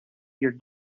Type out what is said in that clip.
your